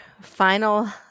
final